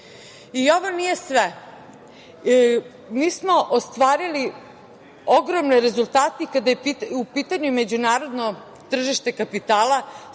I ovo nije sve. Mi smo ostvarili ogromne rezultate kada je u pitanju međunarodno tržište kapitala,